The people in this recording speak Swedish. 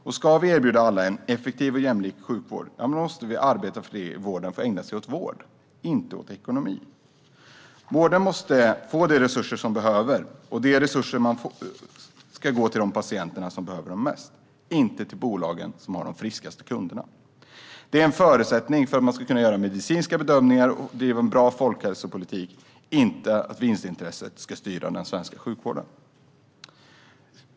Ska vi kunna erbjuda alla en effektiv och jämlik sjukvård måste de som arbetar i vården få ägna sig åt vård, inte åt ekonomi. Vården måste få de resurser som behövs. Och de resurserna måste gå till de patienter som behöver dem mest, inte till de bolag som har de friskaste kunderna. Det är en förutsättning för att man ska kunna göra medicinska bedömningar och bedriva en bra folkhälsopolitik, inte att vinstintresset ska styra den svenska sjukvården.